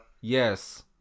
yes